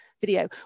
video